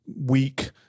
weak